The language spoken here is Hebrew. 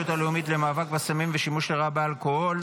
הלאומית למאבק בסמים ובשימוש לרעה באלכוהול,